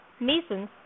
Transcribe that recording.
masons